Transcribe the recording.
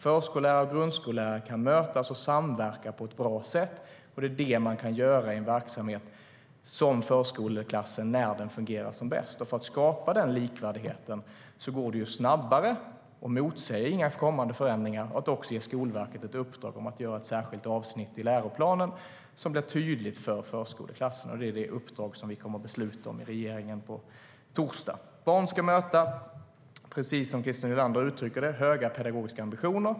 Förskollärare och grundskollärare kan mötas och samverka på ett bra sätt, och det är det man kan göra i en verksamhet som förskoleklassen, när den fungerar som bäst. Precis som Christer Nylander uttryckte det ska barn möta höga pedagogiska ambitioner.